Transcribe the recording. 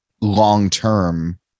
long-term